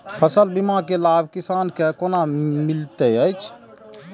फसल बीमा के लाभ किसान के कोना मिलेत अछि?